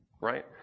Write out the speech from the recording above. Right